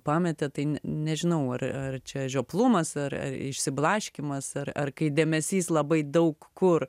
pametė tai ne nežinau ar ar čia žioplumas ar ar išsiblaškymas ar ar kai dėmesys labai daug kur